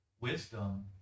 wisdom